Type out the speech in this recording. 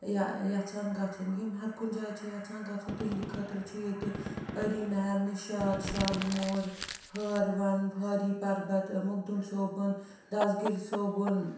یَژھان گَژھُن یِم ہر کُنہِ جایہِ چھِ یَژھان گَژھُن تِہِنٛدِ خٲطرٕ چھُ ییٚتہِ پٔری محل نِشاط شالمور ہٲروَن ہاری پَربَت مخدُن صٲبُن دَسگیٖر صٲبُن